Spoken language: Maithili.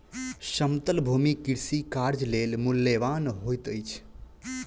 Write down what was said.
समतल भूमि कृषि कार्य लेल मूल्यवान होइत अछि